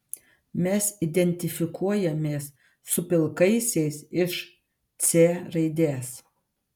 mes identifikuojamės su pilkaisiais iš c raidės